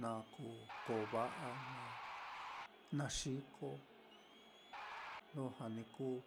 na kuu ko va'a, na na xiko, lujua ni kuu.